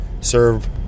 serve